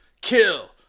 kill